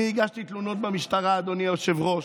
אני הגשתי תלונות במשטרה, אדוני היושב-ראש.